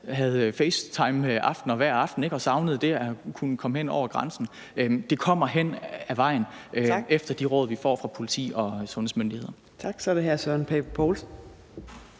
havde FaceTime-samtaler hver aften og savnede at kunne komme hen over grænsen – vil se, at det kommer hen ad vejen i takt med de råd, vi får fra politi og sundhedsmyndigheder?